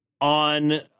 On